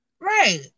Right